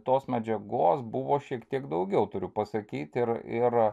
tos medžiagos buvo šiek tiek daugiau turiu pasakyti ir ir